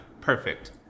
Perfect